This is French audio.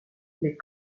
mais